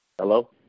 Hello